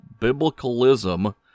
biblicalism